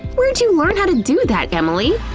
where'd you learn how to do that, emily?